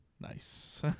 nice